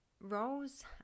roles